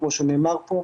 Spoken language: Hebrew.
כמו שנאמר פה,